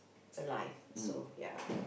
alive so ya